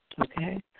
Okay